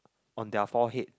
on their forehead